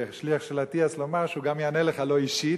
ושליח של אטיאס לומר שהוא גם יענה לך לא אישית,